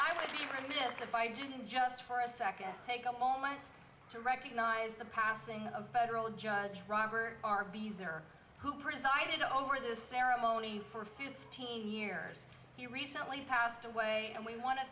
i would be remiss if i didn't just for a second take a moment to recognize the passing of a federal judge driver r v's or who presided over the ceremonies for fifteen years the recently passed away and we want to